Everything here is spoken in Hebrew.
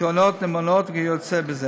לקרנות נאמנות וכיוצ"ב.